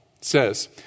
says